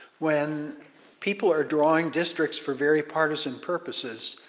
when people are drawing districts for very partisan purposes,